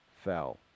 fell